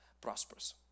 prosperous